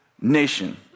nation